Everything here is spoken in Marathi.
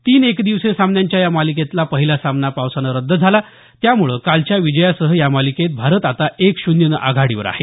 तीन एकदिवसीय सामन्यांच्या या मालिकेतला पहिला सामना पावसानं रद्द झाला त्यामुळे कालच्या विजयासह या मालिकेत भारत आता एक शून्यनं आघाडीवर आहे